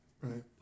Right